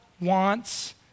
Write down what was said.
wants